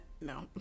No